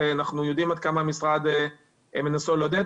אנחנו יודעים עד כמה המשרד מנסה לעודד.